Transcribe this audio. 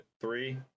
three